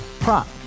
Prop